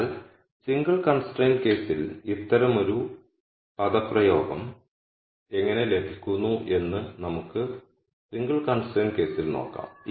അതിനാൽ single constraint കേസിൽ ഇത്തരമൊരു പദപ്രയോഗം എങ്ങനെ ലഭിക്കുന്നു എന്ന് നമുക്ക് സിംഗിൾ കൺസ്ട്രെയിന്റ് കേസിൽ നോക്കാം